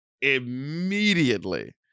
immediately